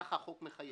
ככה החוק מחייב.